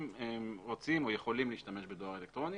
רוצים או יכולים להשתמש בדואר אלקטרוני.